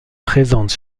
présentes